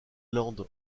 land